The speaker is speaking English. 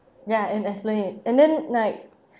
ya and esplanade and then like